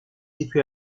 situé